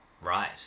Right